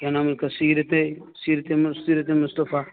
کیا نام ہے اس کا سیرت سیرت سیرت مصطفیٰ